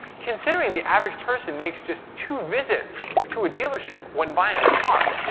considering the average person makes just two visits to a dealership when buying a car,